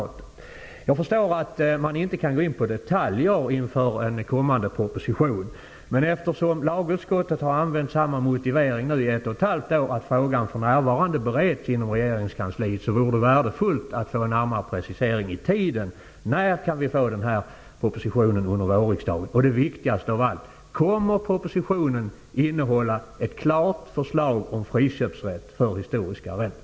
Jag förstår att statsrådet inte kan gå in på detaljer inför en kommande proposition, men eftersom lagutskottet har använt samma motivering i ett och ett halvt år, dvs. att frågan för närvarande bereds inom regeringskansliet, vore det värdefullt att få en närmare precisering i tiden: När kan vi få den här propositionen under vårriksdagen? Det viktigaste av allt är: Kommer propositionen att innehålla ett klart förslag om friköpsrätt för historiska arrenden?